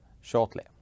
shortly